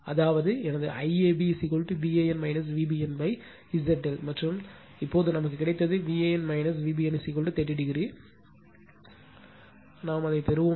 அதாவது எனது IAB Van Vbn Z ∆ மற்றும் இப்போது நமக்கு கிடைத்தது Van V bn 30o இப்போது கிடைத்தது அதே வழியில் நாம் அதைப் பெறுவோம்